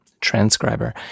transcriber